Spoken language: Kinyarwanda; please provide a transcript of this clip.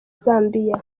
zambia